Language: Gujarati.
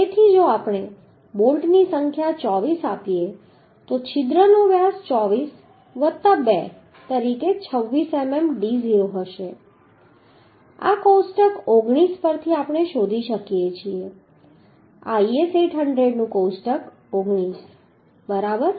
તેથી જો આપણે બોલ્ટની 24 સંખ્યા આપીએ તો છિદ્રનો વ્યાસ 24 વત્તા 2 તરીકે 26 mm d0 હશે આ કોષ્ટક 19 પરથી આપણે શોધી શકીએ છીએ IS 800 નું કોષ્ટક 19 બરાબર